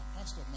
Pastor